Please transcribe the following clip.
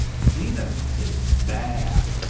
zenith is bad,